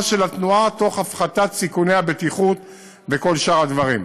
של התנועה תוך הפחתת סיכוני הבטיחות וכל שאר הדברים.